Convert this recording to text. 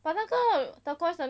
but 那个 turquoise 的那个